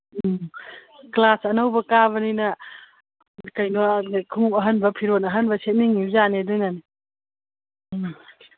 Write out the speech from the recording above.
ꯎꯝ class ꯑꯅꯧꯕ ꯀꯥꯕꯅꯤꯅ ꯀꯩꯅꯣ ꯈꯣꯡꯎꯞ ꯑꯍꯟꯕ ꯐꯤꯔꯣꯟ ꯑꯍꯟꯕ ꯁꯦꯠꯅꯤꯡꯏꯕꯖꯥꯠꯅꯤ ꯑꯗꯨꯅꯅꯤ ꯎꯝ